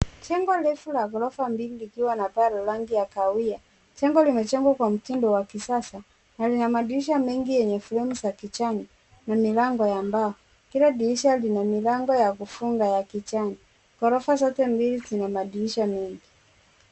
Jengo refu la gorofa mbili likiwa na paa la rangi la kahawia jengo limejengwa kwa mtindo wa kisasa lina madirisha mengi yenye vioo vya kijani na milango ya mba kila dirisha linamilango ya kufunga ya kijani. Ghorofa zote mbili zina madirisha mengi.